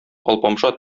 алпамша